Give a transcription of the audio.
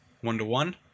one-to-one